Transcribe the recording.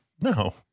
no